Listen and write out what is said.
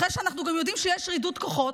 אחרי שאנחנו גם יודעים שיש רידוד כוחות,